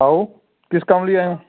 ਆਓ ਕਿਸ ਕੰਮ ਲਈ ਆਏ